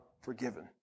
forgiven